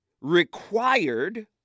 required